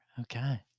Okay